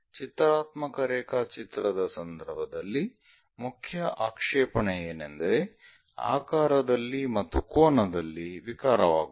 ಚಿತ್ರಾತ್ಮಕ ರೇಖಾಚಿತ್ರದ ಸಂದರ್ಭದಲ್ಲಿ ಮುಖ್ಯ ಆಕ್ಷೇಪಣೆ ಏನೆಂದರೆ ಆಕಾರದಲ್ಲಿ ಮತ್ತು ಕೋನದಲ್ಲಿ ವಿಕಾರವಾಗುವುದು